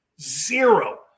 Zero